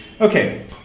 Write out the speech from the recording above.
Okay